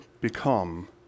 become